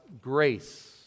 grace